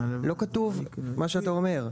לא כתוב מה שאתה אומר.